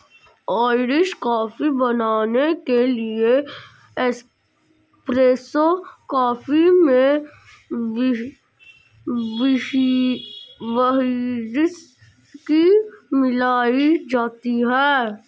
Irish coffee बनाने के लिए एस्प्रेसो कॉफी में व्हिस्की मिलाई जाती है